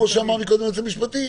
כמו שאמר מקודם היועץ המשפטי,